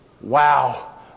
wow